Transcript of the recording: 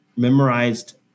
memorized